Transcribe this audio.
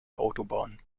autobahn